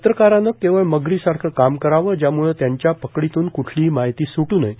पत्रकारानं केवळ मगरीसारखं काम करावं ज्यामुळं त्यांच्या पकडीतून कुठलीही माहिती सुटू नये